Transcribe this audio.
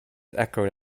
echoed